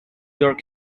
york